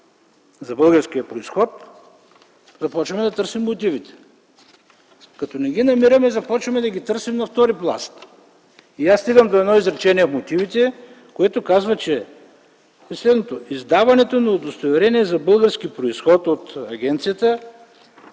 за българския произход, започваме да търсим мотивите. Като не ги намираме, започваме да ги търсим на втори пласт. Стигам до едно изречение в мотивите, което казва следното: „Издаването на удостоверение за български произход от агенцията